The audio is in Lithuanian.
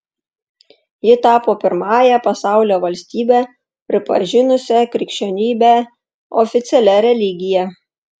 ji tapo pirmąja pasaulio valstybe pripažinusia krikščionybę oficialia religija